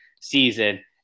season